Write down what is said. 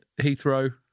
Heathrow